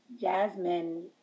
Jasmine